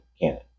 canon